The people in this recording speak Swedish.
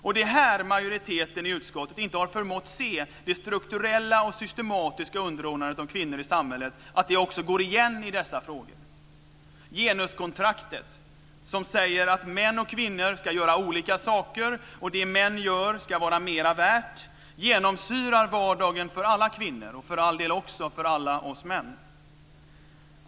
Och det är här som majoriteten i utskottet inte har förmått att se hur det strukturella och systematiska underordnandet av kvinnor i samhället går igen också i dessa frågor. Genuskontraktet - som säger att män och kvinnor ska göra olika saker och att det som män gör ska vara värt mer - genomsyrar vardagen för alla kvinnor, och för den delen också för alla oss män.